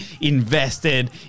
invested